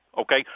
okay